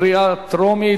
בקריאה טרומית,